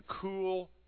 cool